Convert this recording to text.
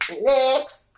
next